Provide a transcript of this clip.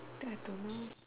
there to me